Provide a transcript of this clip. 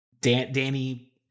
Danny